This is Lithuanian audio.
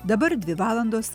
dabar dvi valandos